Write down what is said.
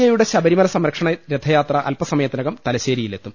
A യുടെ ശബരിമല സംരക്ഷണ രഥയാത്ര അൽപ്പ സമയത്തിനകം തലശ്ശേരിയിലെത്തും